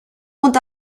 und